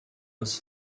was